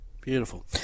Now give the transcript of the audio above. beautiful